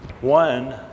One